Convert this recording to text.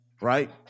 right